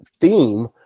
theme